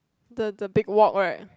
the the big wok right